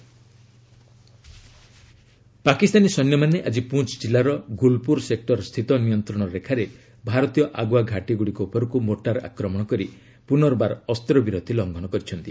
JK ceasefire violation Pakistani ସୈନ୍ୟମାନେ ଆଜି ପୁଞ୍ଚ ଜିଲ୍ଲାର ଗୁଲପୁର ସେକ୍ଟର ସ୍ଥିତ ନିୟନ୍ତ୍ରଣ ରେଖାରେ ଭାରତୀୟ ଆଗୁଆଘାଟି ଗୁଡ଼ିକ ଉପରକୁ ମୋର୍ଚାର ଆକ୍ରମଣ କରି ପ୍ରନର୍ବାର ଅସ୍ତ୍ରବିରତି ଲଙ୍ଘନ କରିଛନ୍ତି